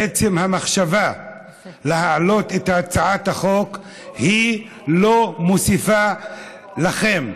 עצם המחשבה להעלות את הצעת החוק לא מוסיפה לכם.